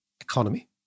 economy